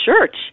church